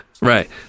right